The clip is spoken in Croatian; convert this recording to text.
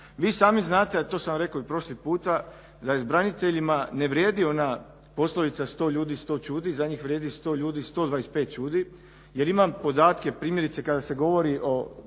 i sami znate, a to sam rekao i prošli puta, da s braniteljima ne vrijedi ona poslovica 100 ljudi, 100 ćudi. Za njih vrijedi 100 ljudi, 125 ćudi. Jer imam podatke primjerice kada se govori o